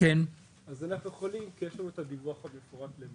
את הדיווח המפורט.